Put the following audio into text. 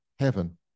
Heaven